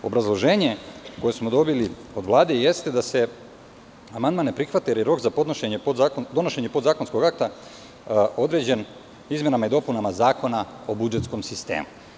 Obrazloženje koje smo dobili od Vlade jeste da se amandman ne prihvata jer je rok za podnošenje podzakonskog akta određen izmenama i dopunama Zakona o budžetskom sistemu.